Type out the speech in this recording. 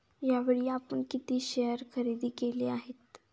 यावेळी आपण किती शेअर खरेदी केले आहेत?